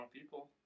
people